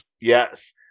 yes